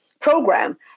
program